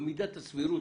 במידת הסבירות.